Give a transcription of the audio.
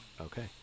Okay